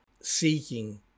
seeking